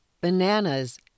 bananas